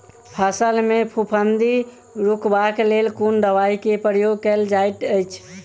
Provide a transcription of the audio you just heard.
फसल मे फफूंदी रुकबाक लेल कुन दवाई केँ प्रयोग कैल जाइत अछि?